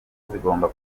zigomba